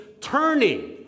turning